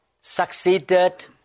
succeeded